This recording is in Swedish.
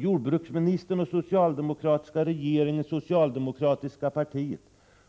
Jordbruksministern, den socialdemokratiska regeringen och det socialdemokratiska partiet